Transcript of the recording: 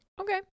Okay